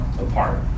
apart